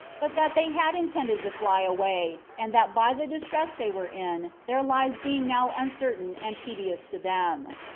but that they had intended to fly away and that by the distress they were in, their lives being now uncertain and tedious to them.